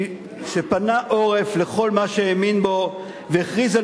כשפנה עורף לכל מה שהאמין בו והכריז על